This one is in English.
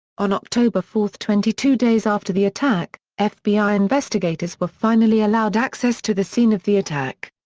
on october four, twenty two days after the attack, ah fbi investigators were finally allowed access to the scene of the attack.